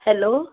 hello